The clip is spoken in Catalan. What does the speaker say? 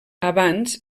abans